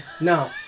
No